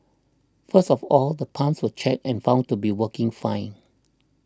first of all the pumps were checked and found to be working fine